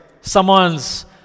Someone's